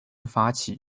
发起